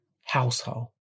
household